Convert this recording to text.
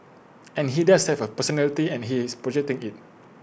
and he does have A personality and he is projecting IT